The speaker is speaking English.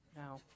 Now